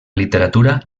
literatura